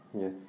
Yes